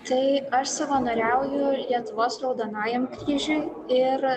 tai aš savanoriauju lietuvos raudonajam kryžiuj ir